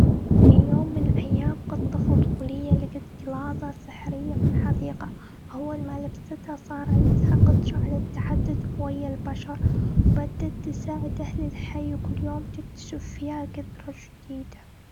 في يوم من الأيام، قطة فضولية لقت قلادة سحرية في الحديقة. أول ما لبستها، صار عندها قدرة على التحدث ويا البشر. بدت تساعد الحي، وكل يوم تكتشف فيها فكرة جديده.